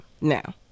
now